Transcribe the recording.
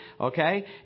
Okay